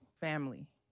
Family